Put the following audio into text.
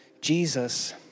Jesus